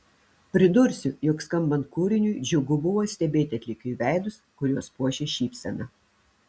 pridursiu jog skambant kūriniui džiugu buvo stebėti atlikėjų veidus kuriuos puošė šypsena